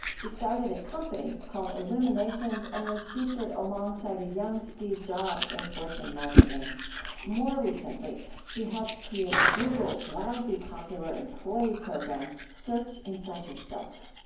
she started a company called illuminations and was featured alongside a young steve jobs in fortune magazine more recently, she helped create google's wildly popular employee program, search inside yourself.